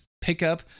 pickup